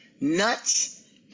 nuts